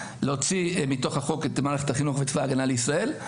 להוציא מתוך החוק את מערכת החינוך וצבא הגנה לישראל.